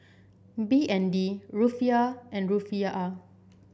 B N D Rufiyaa and Rufiyaa